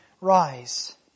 rise